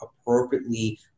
appropriately